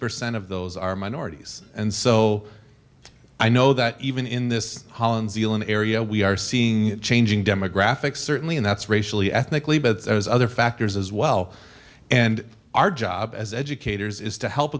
percent of those are minorities and so i know that even in this holland zealand area we are seeing changing demographics certainly in that's racially ethnically but there's other factors as well and our job as educators is to help